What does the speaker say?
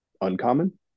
uncommon